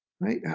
right